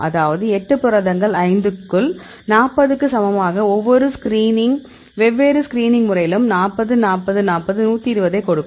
அதாவது 8 புரதங்கள் 5 க்குள் 40 க்கு சமமாக ஒவ்வொரு வெவ்வேறு ஸ்கிரீனிங் முறையிலும் 40 40 40 120 ஐக் கொடுக்கும்